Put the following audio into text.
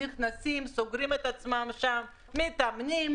נכנסים וסוגרים את עצמם שם ומתאמנים